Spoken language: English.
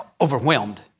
overwhelmed